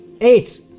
Eight